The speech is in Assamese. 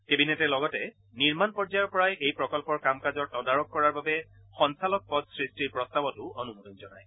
কেবিনেটে লগতে নিৰ্মাণ পৰ্যায়ৰ পৰাই এই প্ৰকল্পৰ কাম কাজৰ তদাৰক কৰাৰ বাবে সঞ্চালক পদ সৃষ্টিৰ প্ৰস্তাৱতো অনুমোদন জনায়